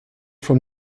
from